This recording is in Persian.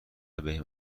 بهم